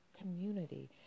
community